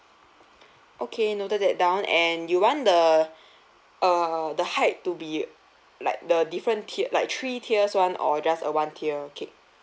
okay noted that down and you want the err the height to be like the different tier like three tiers [one] or just a one tier cake